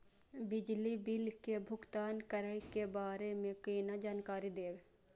बिजली बिल के भुगतान करै के बारे में केना जानकारी देब?